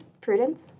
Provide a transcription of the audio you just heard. Prudence